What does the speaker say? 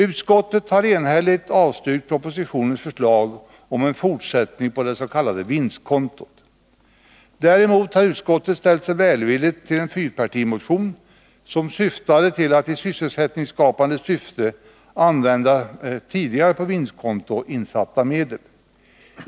Utskottet har enhälligt avstyrkt propositionens förslag om en fortsättning på det s.k. vinstkontot. Däremot har utskottet ställt sig välvilligt till en fyrpartimotion med förslag om att man i sysselsättningsskapande syfte skall använda tidigare på vinstkonto insatta medel.